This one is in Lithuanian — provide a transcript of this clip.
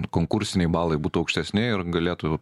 konkursiniai balai būtų aukštesni ir galėtų